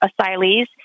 asylees